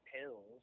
pills